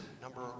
number